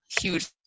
huge